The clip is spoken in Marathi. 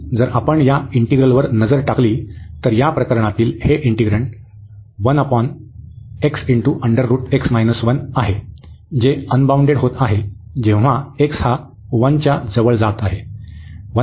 जर आपण या इंटिग्रलवर नजर टाकली तर या प्रकरणातील हे इंटिग्रन्ड 1 आहे जे अनबाउंडेड होत आहे जेव्हा x हा 1 च्या जवळ येत आहे